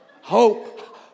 Hope